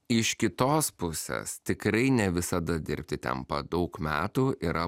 iš kitos pusės tikrai ne visada dirbti ten pat daug metų yra